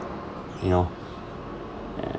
you know and